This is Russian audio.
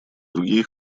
другие